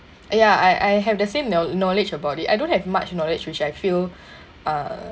ya I I have the same know~ knowledge about it I don't have much knowledge which I feel uh